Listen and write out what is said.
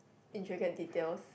intricate details